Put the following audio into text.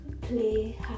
play